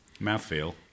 Mouthfeel